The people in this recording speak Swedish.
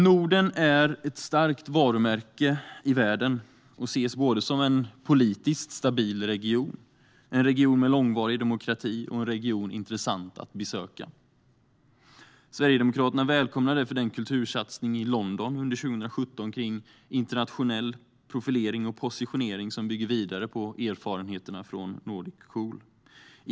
Norden är ett starkt varumärke i världen och ses både som en politiskt stabil region, en region med långvarig demokrati och en region intressant att besöka. Sverigedemokraterna välkomnar därför den kultursatsning i London under 2017 kring internationell profilering och positionering som bygger vidare på erfarenheterna från Nordic Cool.